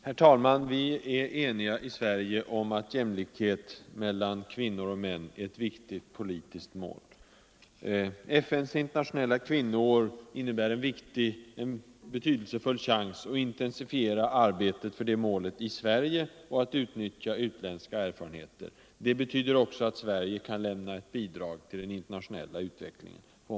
Herr talman! Vi är i Sverige eniga om att jämlikhet mellan män och kvinnor är ett viktigt politiskt mål. FN:s internationella kvinnoår innebär en betydelsefull chans att intensifiera arbetet för det målet i Sverige och Nr 111 att utnyttja utländska erfarenheter. Det betyder också att Sverige kan lämna Torsdagen den ett bidrag till den internationella utvecklingen på området.